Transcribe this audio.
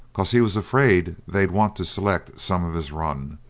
cos he was afraid they'd want to select some of his run.